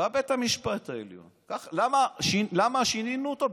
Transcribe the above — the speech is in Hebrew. למה שינינו אותו?